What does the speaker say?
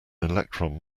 electron